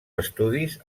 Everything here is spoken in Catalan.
estudis